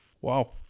wow